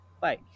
Bye